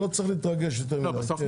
לא צריך להתרגש יותר מדיי.